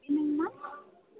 என்னங்கமா